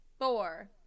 four